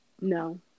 No